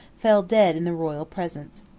fell dead in the royal presence.